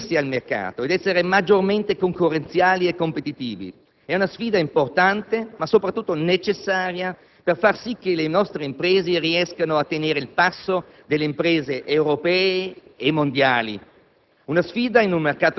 per aprirsi al mercato ed essere maggiormente concorrenziali e competitivi. É una sfida importante ma soprattutto necessaria per far sì che le nostre imprese riescano a tenere il passo delle imprese europee e mondiali,